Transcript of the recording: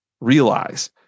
realize